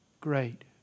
Great